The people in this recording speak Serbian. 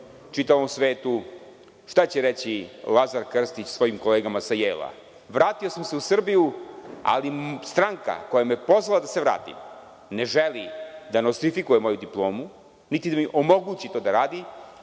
čitavom svetu, šta će reći Lazar Krstić svojim kolegama sa Jejla - Vratio sam se u Srbiju, ali stranka koja me je pozvala da se vratim, ne želi da nostrifikuje moju diplomu niti da mi omogući da to radim,